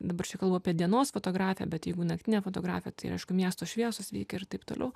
dabar čia kalbu apie dienos fotografiją bet jeigu naktinė fotografija tai aišku miesto šviesos veikia ir taip toliau